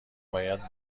باید